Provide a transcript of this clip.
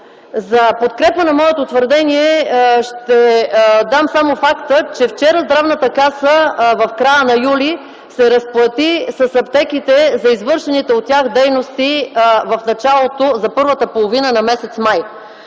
В подкрепа на моето твърдение ще дам само факта, че вчера Здравната каса, в края на м. юли, се разплати с аптеките за извършените от тях дейности за първата половина на м. май.